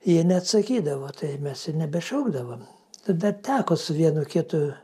jie neatsakydavo tai mes ir nebešaukdavom tada teko su vienu kitu